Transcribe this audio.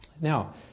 Now